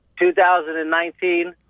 2019